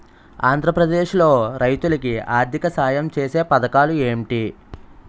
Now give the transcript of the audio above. ఆంధ్రప్రదేశ్ లో రైతులు కి ఆర్థిక సాయం ఛేసే పథకాలు ఏంటి?